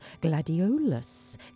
Gladiolus